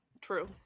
True